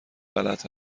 غلط